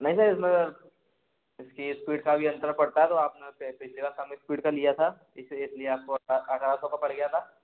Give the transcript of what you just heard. नहीं सर मगर इसकी इस्पीड का भी अंतर पड़ता है तो आप ने पिछली बार कम इस्पीड का लिया था इस इस लिए आपको अट्ठारह सौ का पड़ गया था